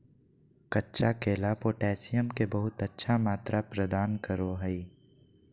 कच्चा केला पोटैशियम के बहुत अच्छा मात्रा प्रदान करो हइ